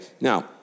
Now